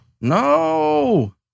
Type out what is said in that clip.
No